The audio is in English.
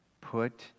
put